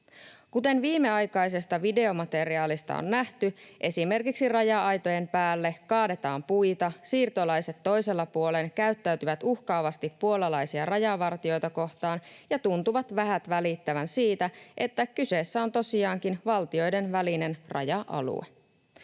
Kuten viimeaikaisesta videomateriaalista on nähty, esimerkiksi raja-aitojen päälle kaadetaan puita. Siirtolaiset toisella puolen käyttäytyvät uhkaavasti puolalaisia rajavartijoita kohtaan ja tuntuvat vähät välittävän siitä, että kyseessä on tosiaankin valtioiden välinen raja-alue.